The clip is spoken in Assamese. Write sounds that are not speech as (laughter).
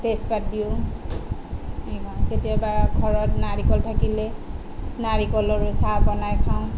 তেজপাত দিওঁ (unintelligible) কেতিয়াবা ঘৰত নাৰিকল থাকিলে নাৰিকলৰো চাহ বনাই খাওঁ